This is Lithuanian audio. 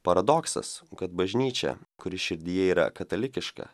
paradoksas kad bažnyčia kuri širdyje yra katalikiška